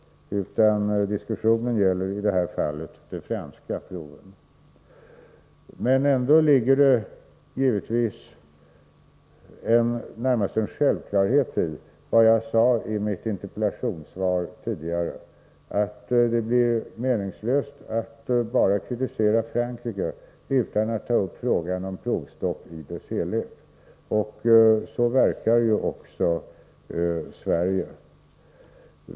Diskussionen gäller i detta fall de franska proven. Ändå ligger det givetvis närmast en självklarhet i vad jag tidigare sade i mitt interpellationssvar, nämligen att det är meningslöst att kritisera bara Frankrike utan att ta upp frågan om provstopp i dess helhet. Så verkar också Sverige.